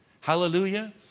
Hallelujah